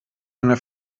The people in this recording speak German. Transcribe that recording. einer